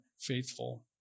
faithful